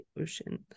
ocean